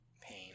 pain